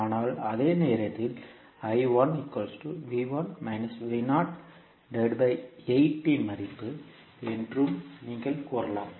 ஆனால் அதே நேரத்தில் கரண்ட் இன் மதிப்பு என்றும் நீங்கள் கூறலாம்